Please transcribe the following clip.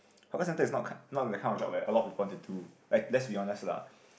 hawker centre is not ki~ not that kind of job where a lot people want to do like let's be honest lah